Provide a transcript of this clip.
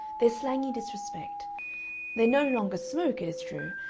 their slangy disrespect they no longer smoke, it is true,